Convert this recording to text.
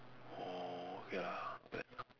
orh okay lah not bad